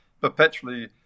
perpetually